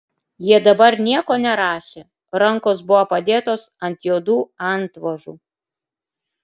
jie dabar nieko nerašė rankos buvo padėtos ant juodų antvožų